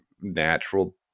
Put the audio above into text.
natural